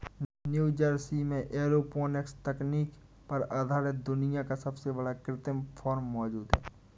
New Jersey में aeroponics तकनीक पर आधारित दुनिया का सबसे बड़ा कृत्रिम फार्म मौजूद है